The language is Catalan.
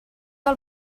del